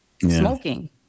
Smoking